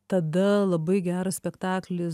tada labai geras spektaklis